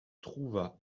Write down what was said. trouva